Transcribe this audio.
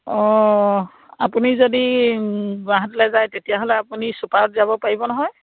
অঁ আপুনি যদি গুৱাহাটীলৈ যায় তেতিয়াহ'লে আপুনি ছুপাৰত যাব পাৰিব নহয়